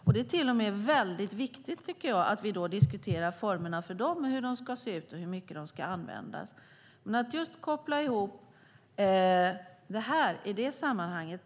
Jag tycker att det är mycket viktigt att vi då diskuterar formerna för dem, hur de ska se ut och hur mycket de ska användas. Jag tycker att det är aningen ologiskt att koppla ihop det här i det sammanhanget.